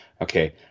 Okay